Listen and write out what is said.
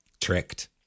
tricked